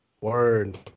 Word